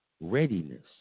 Readiness